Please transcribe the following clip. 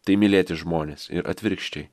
tai mylėti žmones ir atvirkščiai